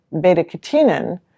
beta-catenin